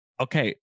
Okay